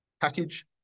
package